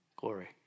glory